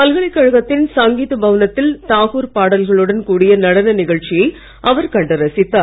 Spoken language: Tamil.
பல்கலைக்கழகத்தின் சங்கீத பவனத்தில் தாகூர் பாடல்களுடன் கூடிய நடன நிகழ்ச்சியை அவர் கண்டு ரசித்தார்